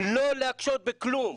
לא להקשות בכלום.